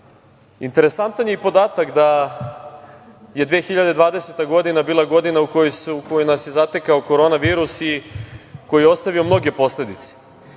penzije. Interesantan je i podatak da je 2020. godina bila godina u kojoj nas je zatekao korona virus i koji je ostavio mnoge posledice.